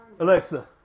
Alexa